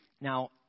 Now